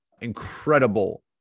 incredible